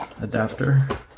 adapter